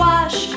Wash